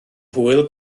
hwyl